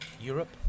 Europe